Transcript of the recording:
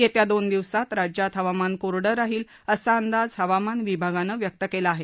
येत्या दोन दिवसांत राज्यात हवामान कोरंड राहिल असा अंदाज हवामान विभागानं व्यक्त केला आहे